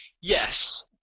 Yes